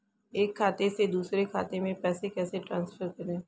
एक खाते से दूसरे खाते में पैसे कैसे ट्रांसफर करें?